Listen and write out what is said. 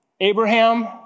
Abraham